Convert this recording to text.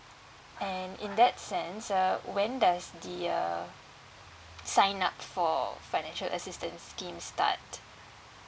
and in that sense uh when does the uh sign up for financial assistance scheme start